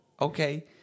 Okay